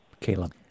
Caleb